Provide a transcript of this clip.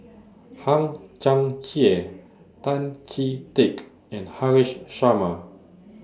Hang Chang Chieh Tan Chee Teck and Haresh Sharma